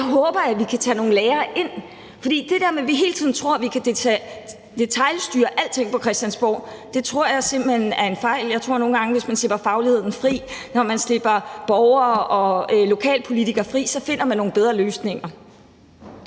Det håber jeg vi kan få noget læring fra, for det der med, at vi hele tiden tror, at vi kan detailstyre alting fra Christiansborg, tror jeg simpelt hen er en fejl. Jeg tror nogle gange, at man, hvis man slipper fagligheden fri, hvis man slipper borgere og lokalpolitikere fri, finder nogle bedre løsninger.